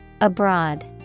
abroad